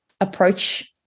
approach